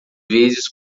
vezes